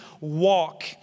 walk